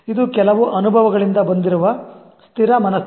ಇದು ಕೆಲವು ಅನುಭವಗಳಿಂದ ಬಂದಿರುವ ಸ್ಥಿರ ಮನಸ್ಥಿತಿ